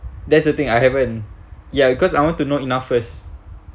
that's the thing I haven't ya because I want to know enough first